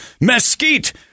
mesquite